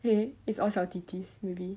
it's all 小弟弟 maybe